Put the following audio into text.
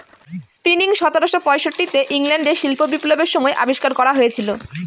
spinning সতেরোশো পয়ষট্টি তে ইংল্যান্ডে শিল্প বিপ্লবের সময় আবিষ্কার করা হয়েছিল